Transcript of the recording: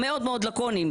המאוד מאוד לקוניים,